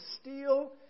steal